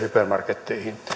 hypermarketteihin